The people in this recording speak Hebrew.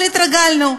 אבל התרגלנו.